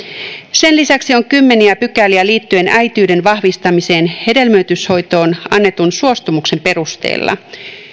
sen lisäksi on kymmeniä pykäliä liittyen äitiyden vahvistamiseen hedelmöityshoitoon annetun suostumuksen perusteella